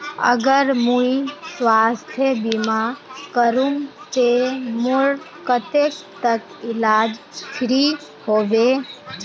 अगर मुई स्वास्थ्य बीमा करूम ते मोर कतेक तक इलाज फ्री होबे?